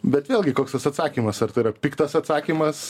bet vėlgi koks tas atsakymas ar tai yra piktas atsakymas